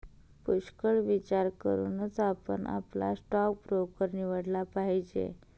पुष्कळ विचार करूनच आपण आपला स्टॉक ब्रोकर निवडला पाहिजे